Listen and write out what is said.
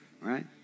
Right